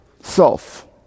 self